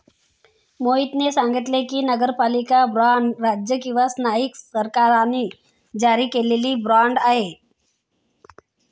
मोहितने सांगितले की, नगरपालिका बाँड राज्य किंवा स्थानिक सरकारांनी जारी केलेला बाँड आहे